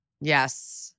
yes